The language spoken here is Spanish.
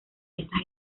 estas